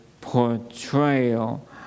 portrayal